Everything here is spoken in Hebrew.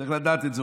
צריך לדעת את זה.